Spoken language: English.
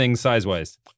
size-wise